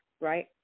right